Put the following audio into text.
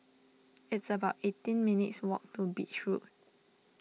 it's about eighteen minutes walk to Beach Road